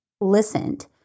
listened